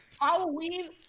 Halloween